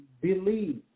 believe